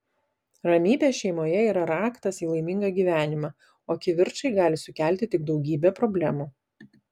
ramybė šeimoje yra raktas į laimingą gyvenimą o kivirčai gali sukelti tik daugybę problemų